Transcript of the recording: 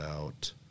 out